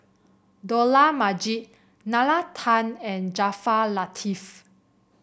Dollah Majid Nalla Tan and Jaafar Latiff